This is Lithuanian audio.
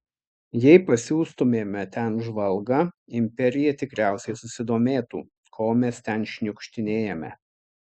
jei pasiųstumėme ten žvalgą imperija tikriausiai susidomėtų ko mes ten šniukštinėjame